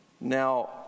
Now